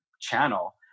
channel